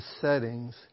settings